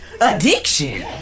addiction